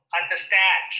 understand